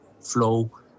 flow